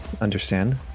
Understand